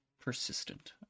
Persistent